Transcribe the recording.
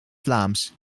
vlaams